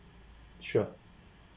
sure